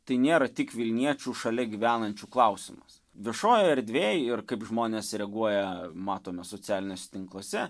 tai nėra tik vilniečių šalia gyvenančių klausimas viešojoje erdvėj ir kaip žmonės reaguoja matome socialiniuose tinkluose